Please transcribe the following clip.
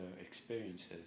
experiences